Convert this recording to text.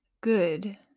good